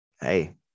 Hey